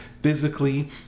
physically